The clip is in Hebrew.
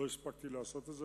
לא הספקתי לעשות את זה.